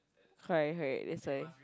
correct correct that's why